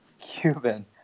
Cuban